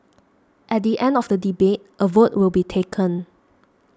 at the end of the debate a vote will be taken